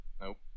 Nope